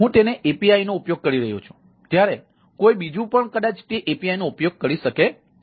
તેથી હું તે API નો ઉપયોગ કરી રહ્યો છું ત્યારે કોઈ બીજું પણ કદાચ તે APIનો ઉપયોગ કરી શકે છે